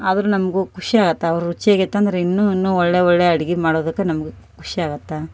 ಆದರು ನಮಗು ಖುಷಿಯಾತ ಅವ್ರು ರುಚಿಯಾಗೈತಿ ಅಂದರೆ ಇನ್ನು ಇನ್ನು ಒಳ್ಳೆಯ ಒಳ್ಳೆಯ ಅಡಿಗಿ ಮಾಡುದಕ್ಕ ನಮ್ಗ ಖುಷಿಯಾಗತ್ತ